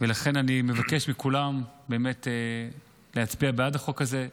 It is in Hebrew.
ולכן אני מבקש מכולם באמת להצביע בעד החוק הזה.